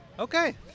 Okay